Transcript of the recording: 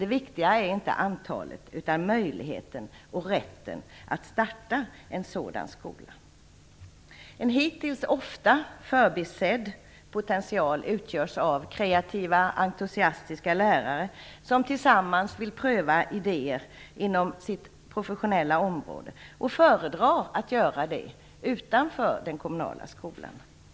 Det viktiga är dock inte antalet utan möjligheten och rätten att starta en sådan skola. En hittills ofta förbisedd potential utgörs av kreativa entusiastiska lärare som tillsammans vill pröva idéer inom sitt professionella område och föredrar att göra det utanför den kommunala skolan.